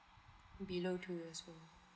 below two also